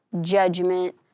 judgment